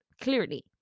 clearly